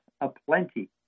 aplenty